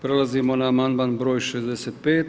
Prelazimo na amandman br. 65.